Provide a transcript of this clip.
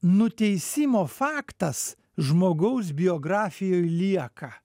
nuteisimo faktas žmogaus biografijoj lieka